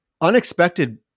unexpected